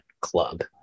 club